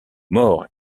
morts